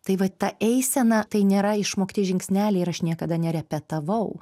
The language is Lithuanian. tai va ta eisena tai nėra išmokti žingsneliai ir aš niekada nerepetavau